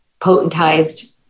potentized